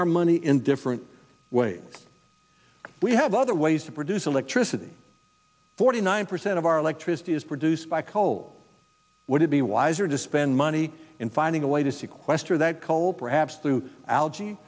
our money in different ways we have other ways to produce electricity forty nine percent of our electricity is produced by coal would it be wiser to spend money in finding a way to sequester that call perhaps through algae